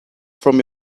from